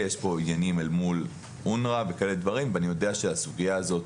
יש פה עניינים אל מול האונר"א ואני יודע שהסוגיה הזאת